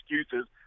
excuses